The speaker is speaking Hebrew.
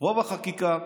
רוב החקיקה,